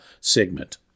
segment